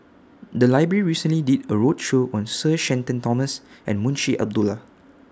The Library recently did A roadshow on Sir Shenton Thomas and Munshi Abdullah